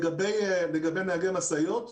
לגבי נהגי משאיות,